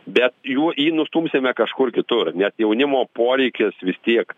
bet jų į nustumsime kažkur kitur nes jaunimo poreikis vis tiek